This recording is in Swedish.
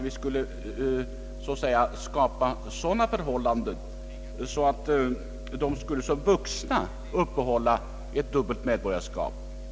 Vi har aldrig velat skapa sådana förhållanden, att de som vuxna skulle uppehålla ett dubbelt medborgarskap.